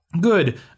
Good